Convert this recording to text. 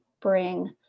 bring